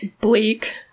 Bleak